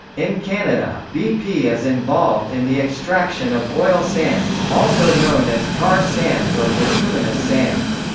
in canada, bp is involved in the extraction of oil sands, also known as tar sands or bituminous sands.